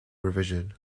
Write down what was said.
revision